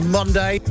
Monday